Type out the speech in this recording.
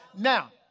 Now